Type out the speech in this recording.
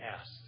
asked